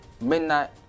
Midnight